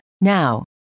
Now